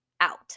out